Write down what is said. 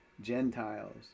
Gentiles